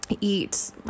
eat